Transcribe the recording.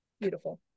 Beautiful